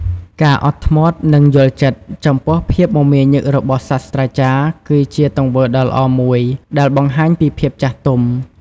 ការអត់ធ្មត់ និងយល់ចិត្ត ចំពោះភាពមមាញឹករបស់សាស្រ្តាចារ្យ គឺជាទង្វើដ៏ល្អមួយដែលបង្ហាញពីភាពចាស់ទុំ។